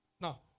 Now